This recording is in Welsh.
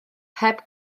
heb